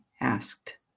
asked